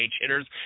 hitters